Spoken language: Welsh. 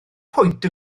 pwynt